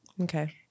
Okay